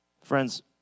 Friends